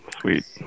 Sweet